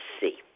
see